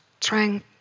trying